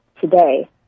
today